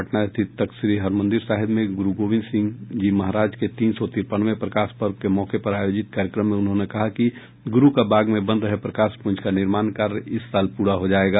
पटना स्थित तख्तश्री हरिमंदिर साहिब में गुरू गोविंद सिंहजी महाराज के तीन सौ तिरपनवें प्रकाश पर्व के मौके पर आयोजित कार्यक्रम में उन्होंने कहा कि गुरू का बाग में बन रहे प्रकाश पुंज का निर्माण कार्य इस साल पूरा हो जायेगा